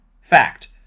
Fact